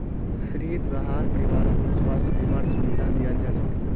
फ्रीत वहार परिवारकों स्वास्थ बीमार सुविधा दियाल जाछेक